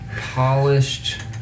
polished